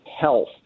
health